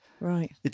Right